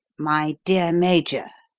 my dear major,